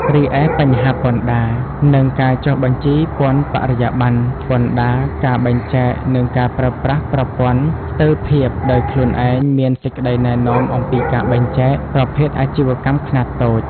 រីឯបញ្ហាពន្ធដារ និងការចុះបញ្ជីពន្ធបរិយាបថពន្ធដារការបែងចែកនិងការប្រើប្រាស់ប្រព័ន្ធស្ទើរភាពដោយខ្លួនឯងមានសេចក្ដីណែនាំអំពីការបែងចែកប្រភេទអាជីវកម្មខ្នាតតូច។